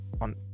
on